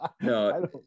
No